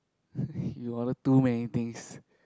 you order too many things